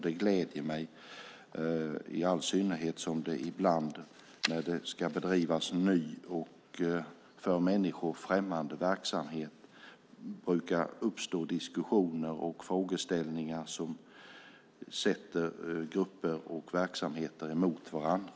Det gläder mig, i all synnerhet som det ibland när det ska bedrivas ny och för människor främmande verksamhet brukar uppstå diskussioner och frågor som ställer grupper och verksamheter emot varandra.